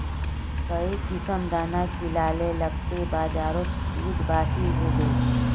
काई किसम दाना खिलाले लगते बजारोत दूध बासी होवे?